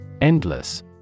Endless